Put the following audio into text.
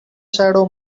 shadow